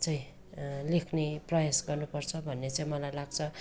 चाहिँ लेख्ने प्रयास गर्नुपर्छ भन्ने चाहिँ मलाई लाग्छ